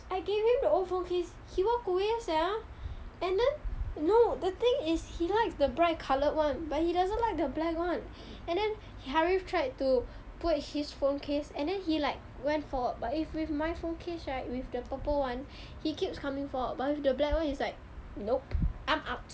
I gave him the old phone case he walk away sia and then no the thing is he likes the bright coloured one but he doesn't like the black one and then harith tried to put his phone case and then he went forward but with my phone case right the purple one he keeps coming forward but with the black one he's like nope I'm out